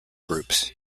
groups